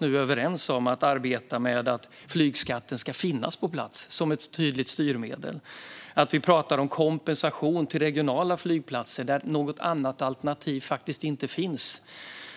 nu är överens om att arbeta med att flygskatten ska finnas på plats som ett tydligt styrmedel. Vi talar om kompensation till regionala flygplatser där något annat alternativ faktiskt inte finns.